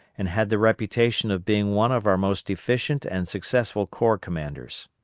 and had the reputation of being one of our most efficient and successful corps commanders.